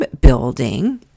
building